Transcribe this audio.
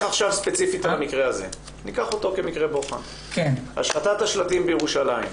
את המקרה הזה כמקרה בוחן השחתת השלטים בירושלים.